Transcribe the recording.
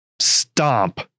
stomp